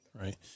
right